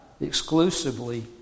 exclusively